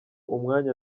umwanya